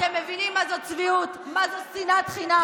אתם מבינים מה זו צביעות, מה זו שנאת חינם?